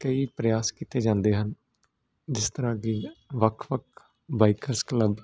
ਕਈ ਪ੍ਰਆਸ ਕੀਤੇ ਜਾਂਦੇ ਹਨ ਜਿਸ ਤਰਾਂ ਕਿ ਵੱਖ ਵੱਖ ਬਾਈਕਰਸ ਕਲੱਬ